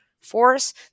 Force